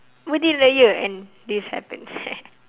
within a year and this happens